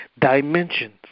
dimensions